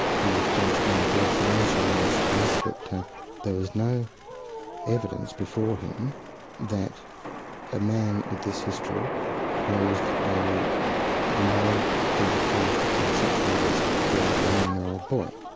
the judge made the observation in this case that there was no evidence before him that a man with this history posed a moral, physical or sexual risk to a nine-year-old boy,